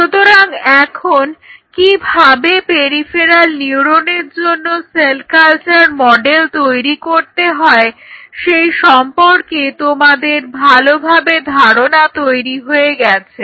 সুতরাং এখন কিভাবে পেরিফেরাল নিউরনের জন্য সেল কালচার মডেল তৈরি করতে হয় সেই সম্পর্কে তোমাদের ভালোভাবে ধারণা তৈরি হয়ে গেছে